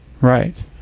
Right